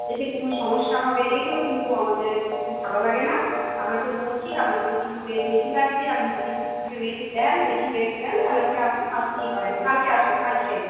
এতে কোনো সমস্যা হবে এগুলো কিন্তু আমাদের ভালো লাগে না আপনাকে বলছি আপনাকে কিন্তু রেট বেশি লাগবে আপনি যদি ঠিকঠাক রেট দেন বেশি রেট দেন তাহলে পরে আপনি আসতেই পারেন কালকে আসুন আজকে না